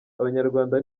abanyarwanda